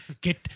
Get